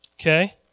Okay